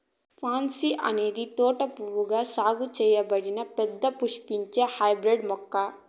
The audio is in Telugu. పాన్సీ అనేది తోట పువ్వుగా సాగు చేయబడిన పెద్ద పుష్పించే హైబ్రిడ్ మొక్క